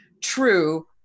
true